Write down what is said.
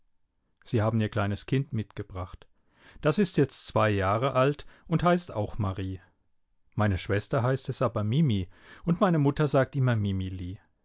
sie haben ihr kleines kind mitgebracht das ist jetzt zwei jahre alt und heißt auch marie meine schwester heißt es aber mimi und meine mutter sagt immer mimili